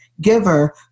giver